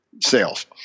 sales